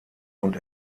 und